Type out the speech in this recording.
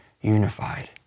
unified